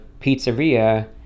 pizzeria